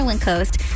Coast